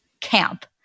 Camp